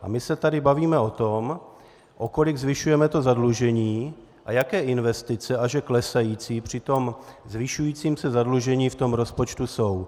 A my se tady bavíme o tom, o kolik zvyšujeme zadlužení a jaké investice, a že klesající při tom zvyšujícím se zadlužení v tom rozpočtu jsou.